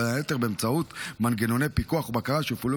ובין היתר באמצעות מנגנוני פיקוח ובקרה שיופעלו